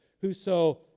Whoso